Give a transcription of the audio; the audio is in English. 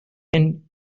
and